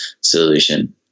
solution